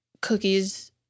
cookies